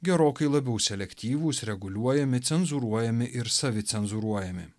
gerokai labiau selektyvūs reguliuojami cenzūruojami ir savicenzūruojami